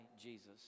Jesus